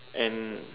and